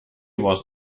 was